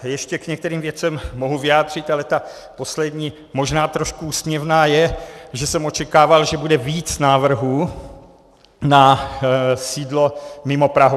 Ještě k některým věcem se mohu vyjádřit, ale ta poslední, možná trošku úsměvná, je, že jsem očekával, že bude víc návrhů na sídlo mimo Prahu.